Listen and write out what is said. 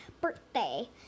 birthday